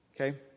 Okay